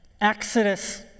Exodus